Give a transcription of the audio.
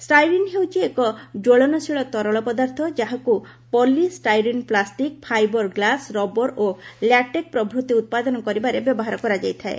styrene ହେଉଛି ଏକ ଜ୍ୱଳନଶୀଳ ତରଳ ପଦାର୍ଥ ଯାହାକୁ polystyrene plastic fibre glass rubber ଓ ଲ୍ୟାଟେକ୍ ପ୍ରଭୃତି ଉତ୍ପାଦନ କରିବାରେ ବ୍ୟବହାର କରାଯାଇଥାଏ